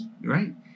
Right